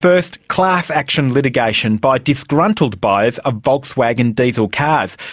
first, class-action litigation by disgruntled buyers of volkswagen diesel cars.